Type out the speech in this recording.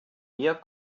mir